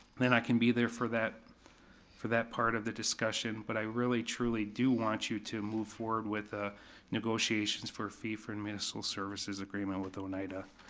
then i can be there for that for that part of the discussion, but i really truly do want you to move forward with ah negotiations for a fee for and municipal services agreement with oneida.